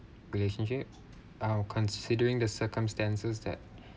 relationship I'll considering the circumstances that